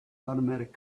automatic